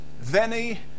Veni